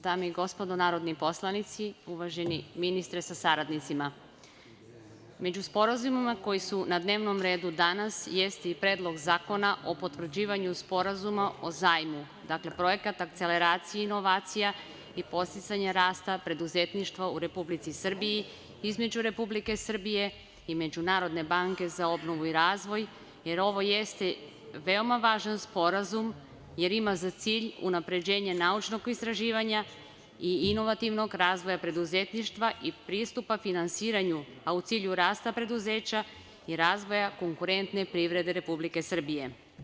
Dame i gospodo narodni poslanici, uvaženi ministre sa saradnicima, među sporazumima koji su na dnevnom redu danas jeste i Predlog zakona o potvrđivanju Sporazuma o zajmu, dakle projekata akceleracija i inovacija i podsticanja rasta preduzetništva u Republici Srbiji između Republike Srbije i Međunarodne banke za obnovu i razvoj, jer ovo jeste veoma važan sporazum jer ima za cilj unapređenje naučnog istraživanja i inovativnog razvoja preduzetništva i pristupa finansiranju, a u cilju rasta preduzeća i razvoja konkurentne privrede Republike Srbije.